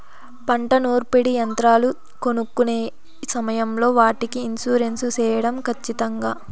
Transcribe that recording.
పంట నూర్పిడి యంత్రాలు కొనుక్కొనే సమయం లో వాటికి ఇన్సూరెన్సు సేయడం ఖచ్చితంగా?